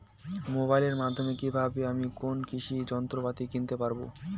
মোবাইলের মাধ্যমে কীভাবে আমি কোনো কৃষি যন্ত্রপাতি কিনতে পারবো?